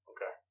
Okay